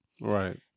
Right